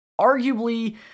arguably